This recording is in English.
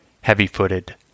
heavy-footed